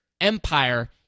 empire